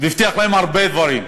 הבטיח להם הרבה דברים.